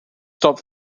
stop